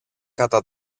κατά